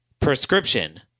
prescription